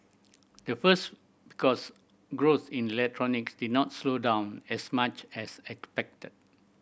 the first because growth in electronics did not slow down as much as expected